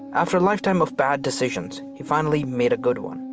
after a lifetime of bad decisions, he finally made a good one.